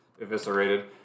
eviscerated